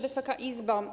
Wysoka Izbo!